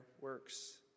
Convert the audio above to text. works